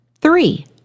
Three